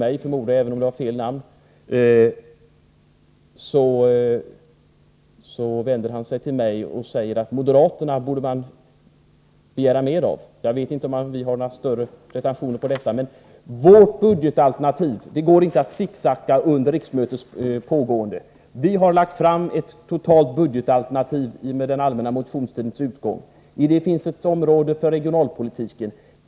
Industriministern vänder sig till mig och säger att man borde begära mera av moderaterna. Jag vet inte om vi har större pretentioner, men det går inte att ”sicksacka” vårt budgetalternativ med socialdemokraternas under det att riksmötet pågår. Vi har lagt fram ett totalt budgetalternativ under den allmänna motionstiden, och i detta finns ett område för regionalpolitiken.